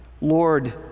Lord